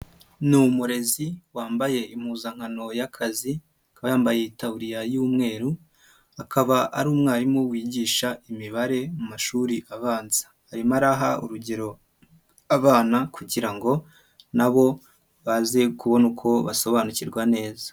Ni umurezi wambaye impuzankano y'akazi akaba yambaye itaburiya y'umweru, akaba ari umwarimu wigisha imibare mu mashuri abanza, arimo araha urugero abana kugira ngo na bo baze kubona uko basobanukirwa neza.